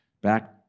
back